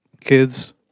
kids